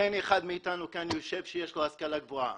אין אחד מאיתנו כאן שיושב שיש לו השכלה גבוהה,